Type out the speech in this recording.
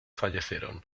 fallecieron